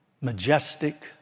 majestic